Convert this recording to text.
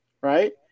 right